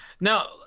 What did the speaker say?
Now